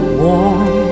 warm